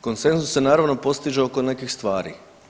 Konsenzus se naravno postiže oko nekih stvari.